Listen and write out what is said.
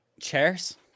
chairs